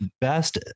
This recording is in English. best